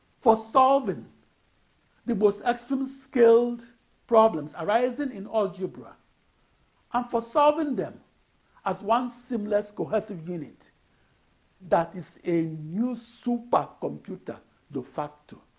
for solving the most extreme-scaled problems arising in algebra and for solving them as one seamless, cohesive unit that is a new supercomputer de facto.